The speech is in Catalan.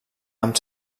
amb